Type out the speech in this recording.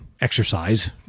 exercise